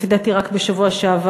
לפי דעתי רק בשבוע שעבר,